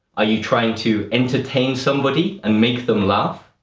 are you trying to entertain somebody and make them laugh?